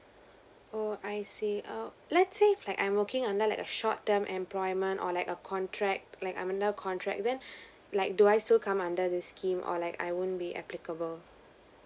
oh I see um let's say if like I'm working on like a short term employment or like a contract like I'm under contract then like do I still come under this scheme or like I won't be applicable